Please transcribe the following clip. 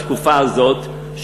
בתקופה הזאת,